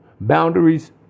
Boundaries